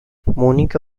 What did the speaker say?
monica